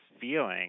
feeling